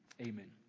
Amen